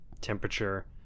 temperature